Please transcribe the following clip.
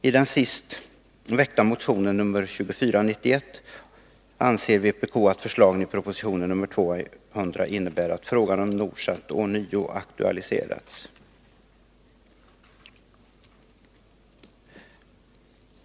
I den sist väckta motionen, nr 2491, anser vpk att förslaget i proposition nr 200 innebär att frågan om Nordsat ånyo aktualiserats.